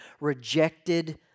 rejected